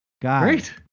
Great